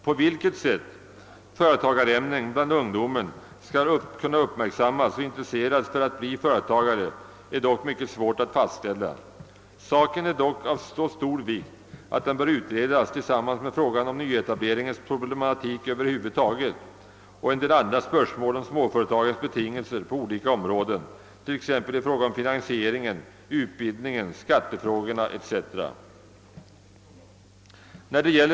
På vilket sätt företagarämnen bland ungdomen skall kunna uppmärksammas och intresseras för att bli företagare är dock mycket svårt att fastställa, men saken är av så stor vikt att den bör utredas tillsammans med frågan om nyetableringens problematik över huvud taget och en del andra spörsmål om småföretagens betingelser på olika områden t.ex. i fråga om finansieringen, utbildningen, skattefrågorna, etc.